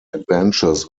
adventures